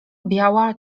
biała